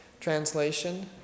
translation